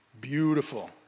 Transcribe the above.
Beautiful